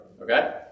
Okay